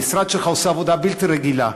המשרד שלך עושה עבודה בלתי רגילה,